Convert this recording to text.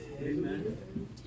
Amen